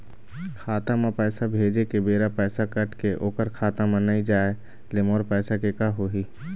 खाता म पैसा भेजे के बेरा पैसा कट के ओकर खाता म नई जाय ले मोर पैसा के का होही?